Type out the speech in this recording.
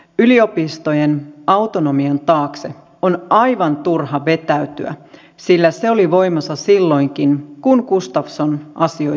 yliopistojen autonomian taakse on aivan turha vetäytyä sillä se oli voimassa silloinkin kun gustafsson asioita hoiti